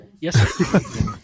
Yes